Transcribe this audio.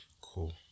Cool